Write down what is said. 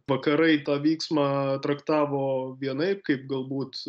vakarai tą vyksmą traktavo vienaip kaip galbūt